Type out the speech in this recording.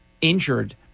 injured